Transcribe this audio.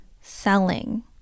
selling